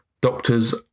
Doctors